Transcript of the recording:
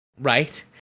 Right